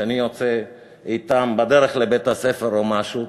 כשאני יוצא אתם בדרך לבית-הספר או משהו,